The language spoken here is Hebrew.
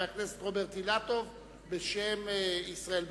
חבר הכנסת רוברט אילטוב בשם ישראל ביתנו.